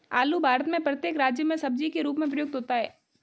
आलू भारत में प्रत्येक राज्य में सब्जी के रूप में प्रयुक्त होता है